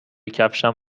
کفشم